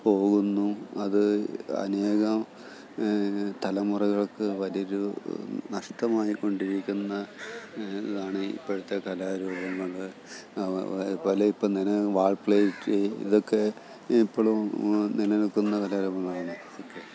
പോകുന്നു അത് അനേകം തലമുറകൾക്ക് വലിയൊരു നഷ്ടമായിക്കൊണ്ടിരിക്കുന്ന എന്നതാണ് ഇപ്പോഴത്തെ കലാരൂപങ്ങൾ പല ഇപ്പം തന്നെ വാൾപയറ്റ് ഇതൊക്കെ ഇപ്പോഴും നിലനിൽക്കുന്ന കലാരൂപമാണ് ഓക്കെ